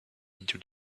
into